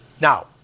Now